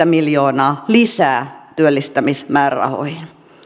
miljoonaa lisää työllistämismäärärahoihin